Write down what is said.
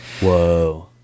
Whoa